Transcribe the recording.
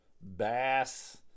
bass